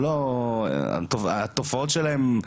התופעות שלהם,